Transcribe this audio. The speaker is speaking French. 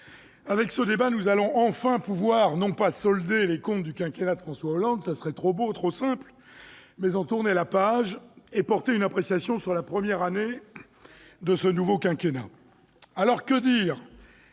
avec ce débat, nous allons enfin pouvoir non pas solder les comptes du quinquennat de François Hollande- ce serait trop beau et trop simple !-, mais en tourner la page et porter une appréciation sur la première année de ce nouveau quinquennat. Que dire